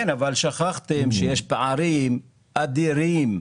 כן, אבל שכחתם שיש פערים אדירים.